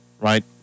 right